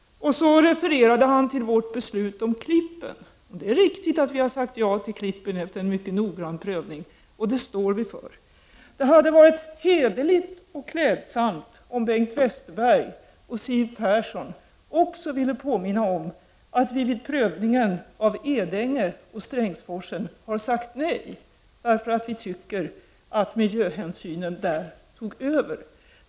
Och så refererade han till vårt beslut om Klippen. Det är riktigt att vi, efter en mycket noggrann prövning, har sagt ja till Klippen, och det står vi för. Det hade varit hederligt och klädsamt om Bengt Westerberg och Siw Persson också påmint om att vi vid prövningen av Edänge och Strängsforsen sade nej därför att vi tyckte att miljöhänsynen där tog över.